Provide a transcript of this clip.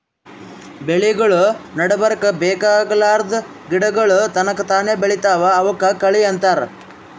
ಬೆಳಿಗೊಳ್ ನಡಬರ್ಕ್ ಬೇಕಾಗಲಾರ್ದ್ ಗಿಡಗೋಳ್ ತನಕ್ತಾನೇ ಬೆಳಿತಾವ್ ಅವಕ್ಕ ಕಳಿ ಅಂತಾರ